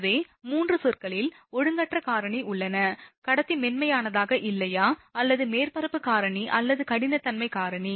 எனவே மூன்று சொற்களில் ஒழுங்கற்ற காரணி உள்ளன கடத்தி மென்மையானதாக இல்லையா அல்லது மேற்பரப்பு காரணி அல்லது கடினத்தன்மை காரணி